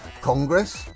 Congress